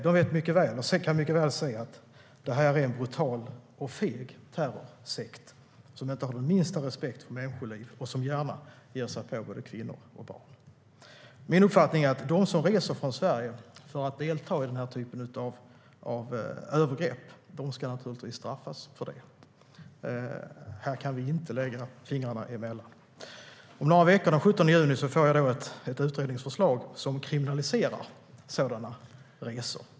De vet mycket väl och kan mycket väl se att det här är en brutal och feg terrorsekt som inte har den minsta respekt för människoliv och som gärna ger sig på både kvinnor och barn. Min uppfattning är att de som reser från Sverige för att delta i den här typen av övergrepp naturligtvis ska straffas för det. Här kan vi inte lägga fingrarna emellan. Om några veckor, den 17 juni, får jag ett utredningsförslag som handlar om att kriminalisera sådana resor.